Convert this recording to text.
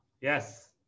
Yes